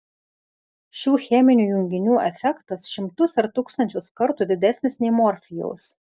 šių cheminių junginių efektas šimtus ar tūkstančius kartų didesnis nei morfijaus